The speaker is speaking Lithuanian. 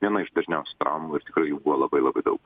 viena iš dažniausių traumų ir tikrai jų buvo labai labai daug